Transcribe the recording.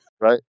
Right